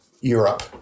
Europe